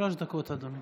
שלוש דקות, אדוני.